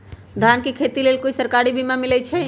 धान के खेती के लेल कोइ सरकारी बीमा मलैछई?